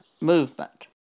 movement